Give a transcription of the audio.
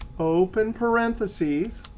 open parentheses,